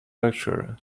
lecture